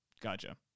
Gotcha